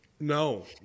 No